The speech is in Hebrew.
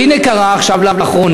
והנה קרה לאחרונה,